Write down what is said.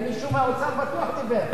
מישהו מהאוצר בטח דיבר.